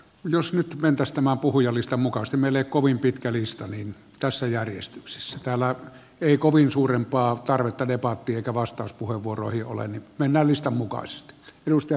jos nyt vedostema puhujalistan mukaan se meille kovin pitkä lista mihin tässä järjestyksessä täällä ei kovin suurempaa tarvetta debatti eikä vastauspuheenvuoroja olen minä tasapuolisempaa kilpailua suomessa